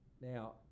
Now